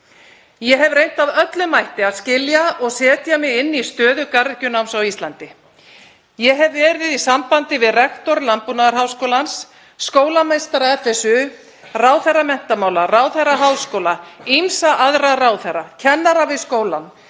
Ég hef reynt af öllum mætti að skilja og setja mig inn í stöðu garðyrkjunáms á Íslandi. Ég hef verið í sambandi við rektor Landbúnaðarháskólans, skólameistara FSU, ráðherra menntamála, ráðherra háskóla, ýmsa aðra ráðherra, kennara við skólann,